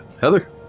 Heather